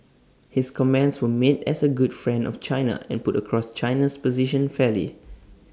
his comments were made as A good friend of China and put across China's position fairly